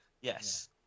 yes